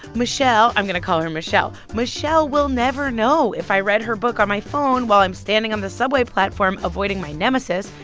michelle i'm going to call her michelle. michelle will never know if i read her book on my phone while i'm standing on the subway platform avoiding my nemesis,